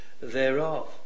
Thereof